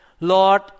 Lord